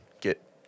get